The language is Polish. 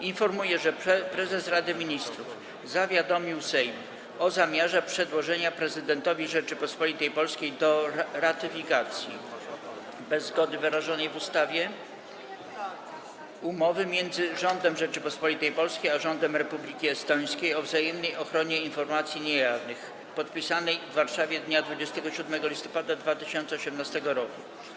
Informuję, że prezes Rady Ministrów zawiadomił Sejm o zamiarze przedłożenia prezydentowi Rzeczypospolitej Polskiej do ratyfikacji, bez zgody wyrażonej w ustawie, Umowy między Rządem Rzeczypospolitej Polskiej a Rządem Republiki Estońskiej o wzajemnej ochronie informacji niejawnych, podpisanej w Warszawie dnia 27 listopada 2018 r.